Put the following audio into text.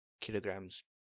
kilograms